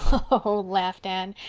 oh, laughed anne,